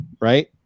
right